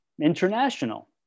international